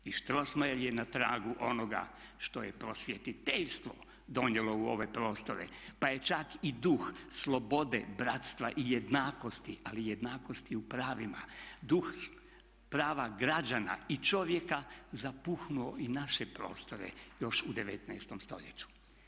I Strossmayer je na tragu onoga što je prosvjetiteljstvo donijelo u ove prostore, pa je čak i duh slobode, bratstva i jednakosti, ali jednakosti u pravima, duh prava građana i čovjeka zapuhnuo i naše prostore još u 19 st.